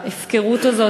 ההפקרות הזאת,